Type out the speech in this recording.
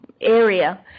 area